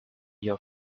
your